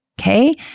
Okay